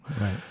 Right